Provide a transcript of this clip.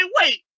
wait